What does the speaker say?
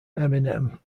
eminem